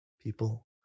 people